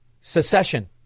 Secession